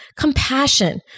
Compassion